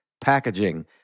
packaging